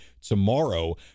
tomorrow